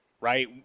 Right